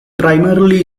primarily